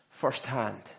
firsthand